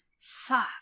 Fuck